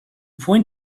point